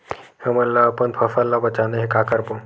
हमन ला अपन फसल ला बचाना हे का करबो?